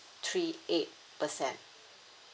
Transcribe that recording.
three eight percent